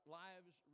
lives